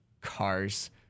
cars